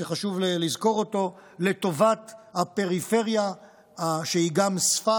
שחשוב לזכור אותו לטובת הפריפריה שהיא גם ספר